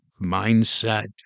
mindset